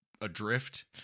adrift